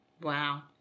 Wow